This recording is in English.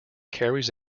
carries